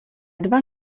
dva